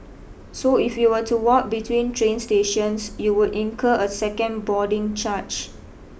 so if you were to walk between train stations you would incur a second boarding charge